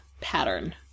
pattern